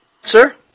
Sir